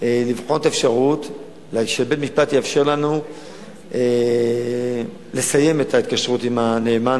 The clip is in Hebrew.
לבחון את האפשרות שבית-המשפט יאפשר לנו לסיים את ההתקשרות עם הנאמן,